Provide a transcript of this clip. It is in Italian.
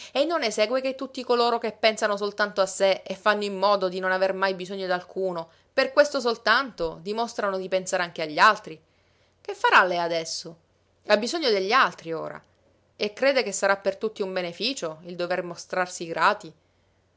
e non ne segue che tutti coloro che pensano soltanto a sé e fanno in modo di non aver mai bisogno d'alcuno per questo soltanto dimostrano di pensare anche agli altri che farà lei adesso ha bisogno degli altri ora e crede che sarà per tutti un beneficio il dover mostrarsi grati